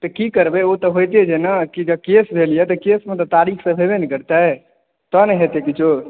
तऽ की करबै ओ तऽ होइते छै ने केश मे तऽ तारिख हेबे ने करतै तैं नहि हेतै किछो